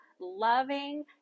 loving